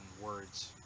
words